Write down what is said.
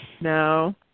No